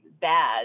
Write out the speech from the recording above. bad